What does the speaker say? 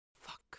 Fuck